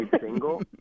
single